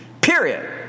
Period